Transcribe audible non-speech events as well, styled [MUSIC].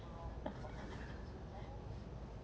[LAUGHS]